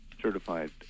certified